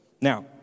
Now